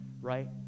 right